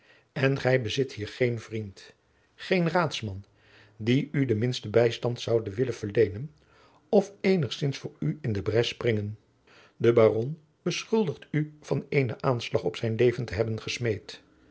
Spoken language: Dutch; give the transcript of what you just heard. en gij bezit hier geen vriend geen raadsman die u den minsten bijstand zoude willen verleenen of eenigzins voor u in de bres springen de baron beschuldigt u van een aanslag op zijn leven te hebben gesmeed